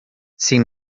sin